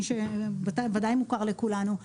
מי שוודאי מוכר לכולנו,